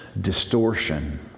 distortion